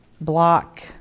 block